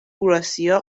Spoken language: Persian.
اوراسیا